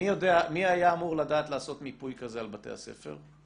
מי היה אמור לדעת לעשות מיפוי כזה על בתי הספר?